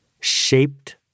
shaped